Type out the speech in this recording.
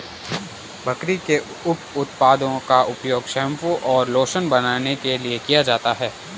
बकरी के उप उत्पादों का उपयोग शैंपू और लोशन बनाने के लिए किया जाता है